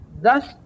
thus